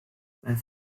sein